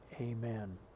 Amen